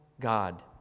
God